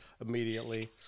immediately